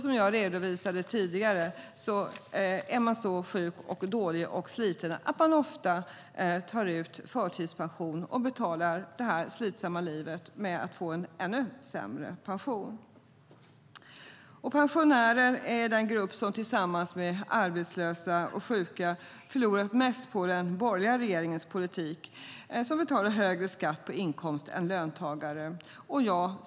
Som jag redovisade tidigare är de så sjuka, dåliga och slitna att de ofta tar ut pension i förtid och betalar det slitsamma livet med att få en ännu sämre pension. Pensionärer är den grupp som tillsammans med arbetslösa och sjuka förlorat mest på den borgerliga regeringens politik och betalar högre skatt på inkomst än löntagare.